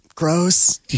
Gross